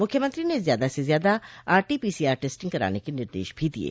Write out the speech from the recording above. मुख्यमंत्री ने ज्यादा से ज्यादा आरटीपीसीआर टेस्टिंग कराने के निर्देश भी दिये